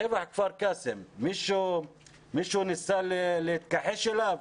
טבח כפר קאסם מישהו ניסה להתכחש אליו?